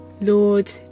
Lord